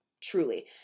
truly